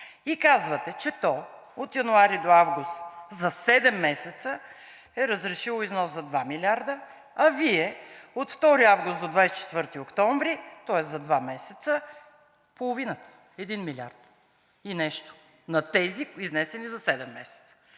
и казвате, че то от януари до август – за седем месеца е разрешило износ за 2 милиарда, а Вие от 2 август до 24 октомври, тоест за два месеца – половината – 1 милиард и нещо на тези, изнесени за седем месеца?